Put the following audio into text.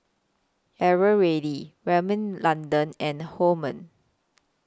Eveready Rimmel London and Hormel